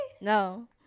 no